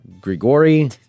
Grigory